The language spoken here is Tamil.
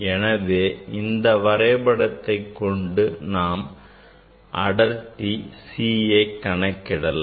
எனவே இந்த வரைபடத்தை கொண்டே நாம் அடர்த்தி Cயை கணக்கிடலாம்